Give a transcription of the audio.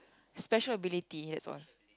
special ability that's all